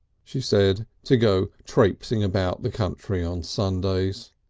she said, to go trapesing about the country on sundays.